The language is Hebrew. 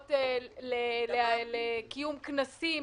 חברות לקיום כנסים